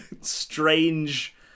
Strange